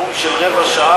היה לי פה נאום של רבע שעה,